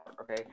Okay